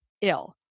ill